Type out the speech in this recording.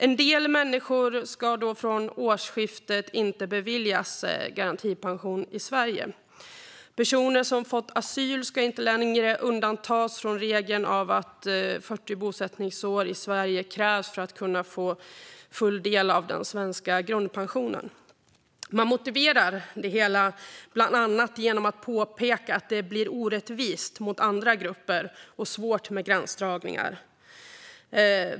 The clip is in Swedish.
En del människor ska från årsskiftet inte beviljas garantipension i Sverige. Personer som fått asyl ska inte längre undantas från regeln att 40 bosättningsår i Sverige krävs för att få del av den svenska grundpensionen. Man motiverar det hela bland annat genom att påpeka att det blir orättvist mot andra grupper och svårt med gränsdragningar.